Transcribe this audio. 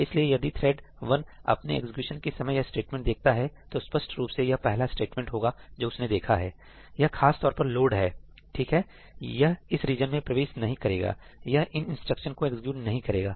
इसलिए यदि thread one अपने एग्जीक्यूशन के समय यह स्टेटमेंट देखता है तो स्पष्ट रूप से यह पहला स्टेटमेंट होगा जो उसने देखा है यह खासतौर पर लोड है ठीक है यह इस रीजन में प्रवेश नहीं करेगा यह इन इंस्ट्रक्शन को एग्जीक्यूट नहीं करेगा